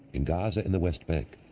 in gaza and the west bank,